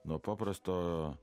nuo paprasto